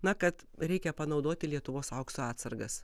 na kad reikia panaudoti lietuvos aukso atsargas